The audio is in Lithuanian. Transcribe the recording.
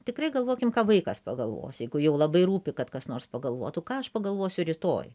tikrai galvokim ką vaikas pagalvos jeigu jau labai rūpi kad kas nors pagalvotų ką aš pagalvosiu rytoj